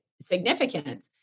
significant